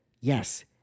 Yes